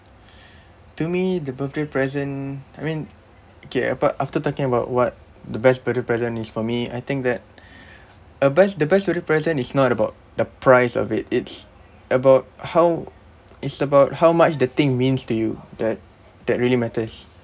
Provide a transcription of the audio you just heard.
to me the birthday present I mean okay apart after talking about what the best birthday present is for me I think that uh best the best birthday present is not about the price of it it's about how it's about how much the thing means to you that that really matters